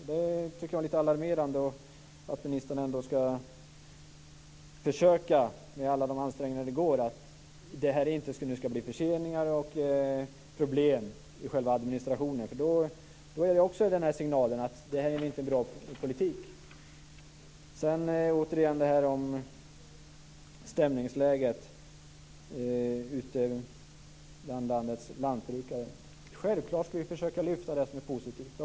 Jag tycker ändå att det är lite alarmerande att ministern ska göra alla ansträngningar som går för att försöka se till att det hela inte blir försenat och att det inte blir problem med administrationen. Det skulle också ge signalen att detta inte är en bra politik. Återigen angående stämningsläget bland landets lantbrukare: Självklart ska vi försöka att lyfta fram det som är positivt.